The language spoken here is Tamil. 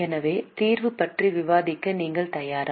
எனவே தீர்வு பற்றி விவாதிக்க நீங்கள் தயாரா